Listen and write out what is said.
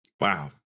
Wow